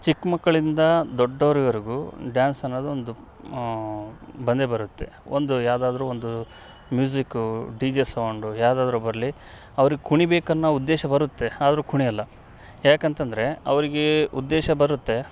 ಚಿಕ್ಕ ಮಕ್ಕಳಿಂದ ದೊಡ್ಡೋರವರೆಗು ಡ್ಯಾನ್ಸ್ ಅನ್ನೋದು ಒಂದು ಬಂದೇ ಬರುತ್ತೆ ಒಂದು ಯಾವುದಾದ್ರು ಒಂದು ಮ್ಯೂಸಿಕ್ ಡಿ ಜೆ ಸೌಂಡು ಯಾವುದಾದ್ರು ಬರಲಿ ಅವ್ರಿಗೆ ಕುಣಿಬೇಕನ್ನೋ ಉದ್ದೇಶ ಬರುತ್ತೆ ಆದರೂ ಕುಣಿಯೋಲ್ಲ ಯಾಕಂತಂದರೆ ಅವರಿಗೇ ಉದ್ದೇಶ ಬರುತ್ತೆ